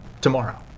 tomorrow